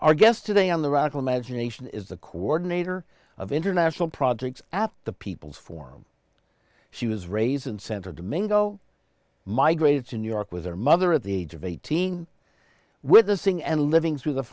our guest today on the radical magination is the coordinator of international projects at the peoples form she was raised in center domingo migrated to new york with her mother at the age of eighteen with the sing and living through the